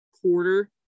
quarter